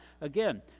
again